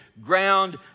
ground